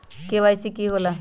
KYC का होला?